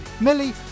Millie